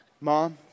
Mom